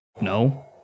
No